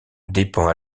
dépend